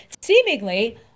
seemingly